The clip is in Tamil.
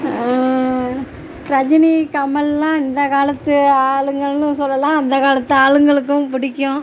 ரஜினி கமல்லாம் இந்த காலத்து ஆளுங்கன்னு சொல்லலாம் அந்த காலத்து ஆளுங்களுக்கும் பிடிக்கும்